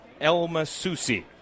Elmasusi